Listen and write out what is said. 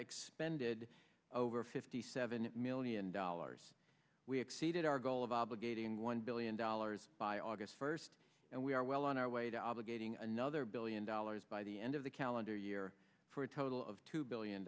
expended over fifty seven million dollars we exceeded our goal of obligating one billion dollars by august first and we are well on our way to obligating another billion dollars by the end of the calendar year for a total of two billion